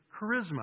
charisma